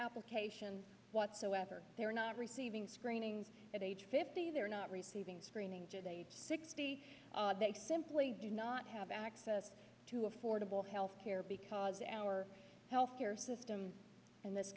application whatsoever they're not receiving screenings at age fifty they're not receiving screenings at age sixty they simply do not have access to affordable health care because our health care system in this